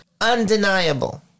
undeniable